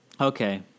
Okay